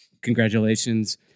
Congratulations